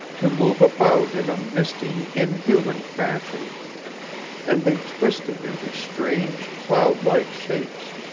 to move about in a misty, inhuman fashion and they twisted into strange, cloud-like shapes.